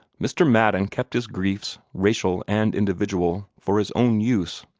mr. madden kept his griefs, racial and individual, for his own use.